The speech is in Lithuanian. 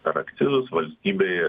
per akcizus valstybei